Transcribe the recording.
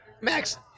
Max –